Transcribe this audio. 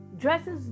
dresses